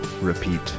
repeat